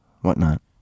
whatnot